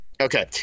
Okay